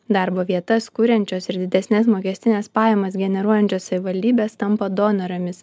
darbo vietas kuriančios ir didesnes mokestines pajamas generuojančios savivaldybės tampa donorėmis